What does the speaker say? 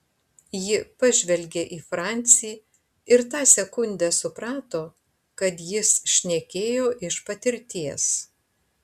ji pažvelgė į francį ir tą sekundę suprato kad jis šnekėjo iš patirties